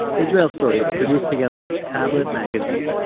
israel story is produced together with tablet magazine.